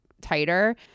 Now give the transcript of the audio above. tighter